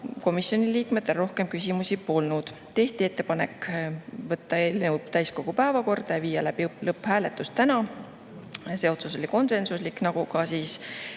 komisjoni liikmetel rohkem küsimusi polnud. Tehti ettepanek võtta eelnõu täiskogu päevakorda ja viia läbi lõpphääletus täna, see otsus oli konsensuslik, nagu oli